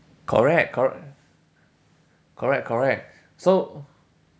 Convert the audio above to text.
correct cor~ correct correct so